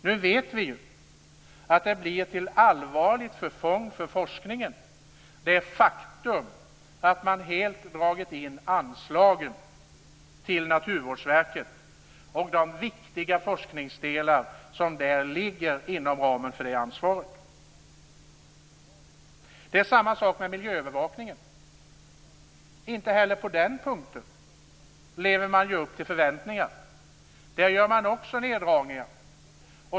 Nu vet vi att det faktum att man helt dragit in anslagen till Naturvårdsverket till de viktiga forskningsdelar som där ligger inom ramen för detta ansvar blir till allvarligt förfång för forskningen. Det är samma sak med miljöövervakningen. Inte heller på den punkten lever man upp till förväntningarna. Där gör man också neddragningar.